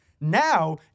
Now